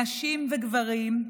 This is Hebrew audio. נשים וגברים,